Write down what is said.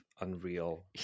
unreal